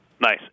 Nice